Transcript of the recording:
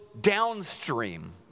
downstream